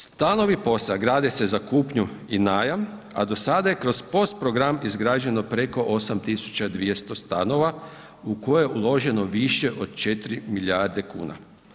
Stanovi POS-a grade se za kupnju i najam a do sada je kroz POS program izgrađeno preko 8200 stanova u koje je uloženo više od 4 milijarde kuna.